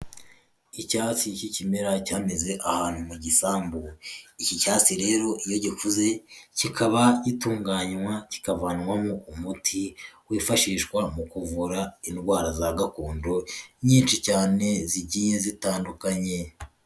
Icyatsi cy'ikimera cyameze ahantu mu gisambu, iki cyatsi rero iyo gikuze kikaba gitunganywa kikavanwamo umuti wifashishwa mu kuvura indwara za gakondo nyinshi cyane zigiye zitandukanye.